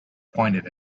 pointed